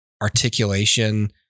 articulation